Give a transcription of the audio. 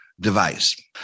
device